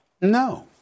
No